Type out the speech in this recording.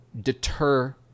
deter